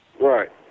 Right